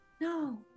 No